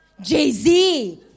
Jay-Z